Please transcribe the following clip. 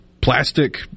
plastic